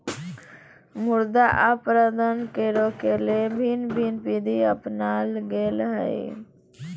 मृदा अपरदन के रोकय ले भिन्न भिन्न विधि अपनाल गेल हइ